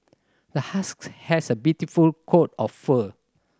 the husky has a beautiful coat of fur